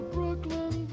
Brooklyn